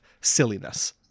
silliness